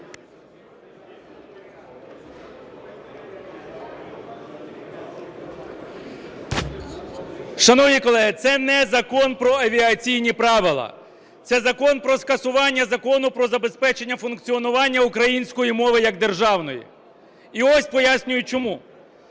Шановні колеги, це не закон про авіаційні правила - це закон про скасування Закону "Про забезпечення функціонування української мови як державної". І ось пояснюю чому.